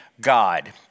God